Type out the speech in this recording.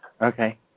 Okay